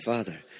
Father